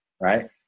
right